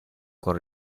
con